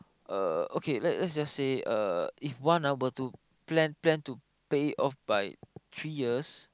uh okay lets just say uh if one ah were to plan plan to pay off by three years